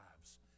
lives